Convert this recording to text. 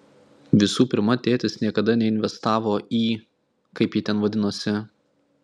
visų pirma tėtis niekada neinvestavo į kaip ji ten vadinosi